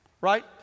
Right